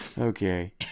Okay